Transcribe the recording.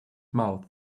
mouth